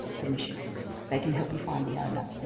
permissions they can help you find the owner.